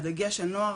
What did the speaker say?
הדגש על נוער,